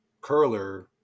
Curler